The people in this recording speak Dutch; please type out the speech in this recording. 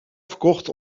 verkocht